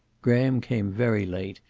graham came very late,